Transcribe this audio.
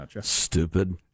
Stupid